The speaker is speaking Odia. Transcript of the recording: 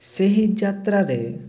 ସେହି ଯାତ୍ରାରେ